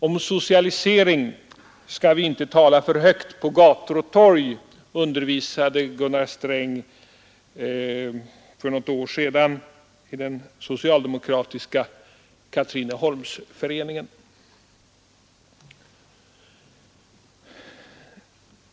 Om socialisering skall vi inte tala för högt på gator och torg, undervisade Gunnar Sträng för något år sedan i den socialdemokratiska Katrineholms-föreningen.